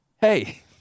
hey